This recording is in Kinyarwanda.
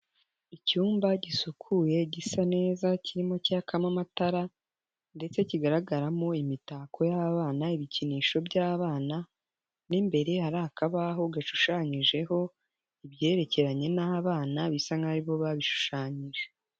Icyumba gisukuye gisa neza kirimo cyakamo amatara ndetse kigaragaramo imitako y'abana, ibikinisho by'abana, mo imbere hari akabaho gashushanyijeho ibyerekeranye n'abana, bisa nk'aho aribo babishushanyije.